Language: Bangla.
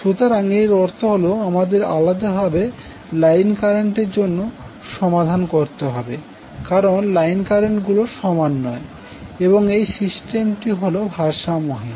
সুতরাং এর অর্থ হল আমাদের আলাদাভাবে লাইন কারেন্টের জন্য সমাধান করতে হবে কারণ লাইন কারেন্ট গুলো সমান নয় এবং এই সিস্টেমটি হল ভারসাম্যহীন